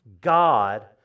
god